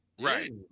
right